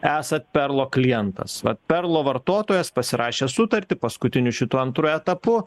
esat perlo klientas vat perlo vartotojas pasirašęs sutartį paskutiniu šituo antru etapu